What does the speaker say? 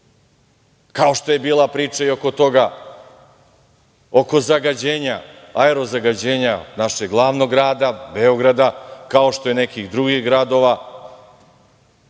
kao što je bila priča i oko aerozagađenja našeg glavnog grada Beograda, kao što je nekih drugih gradova.